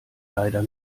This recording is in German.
leider